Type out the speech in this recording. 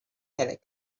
had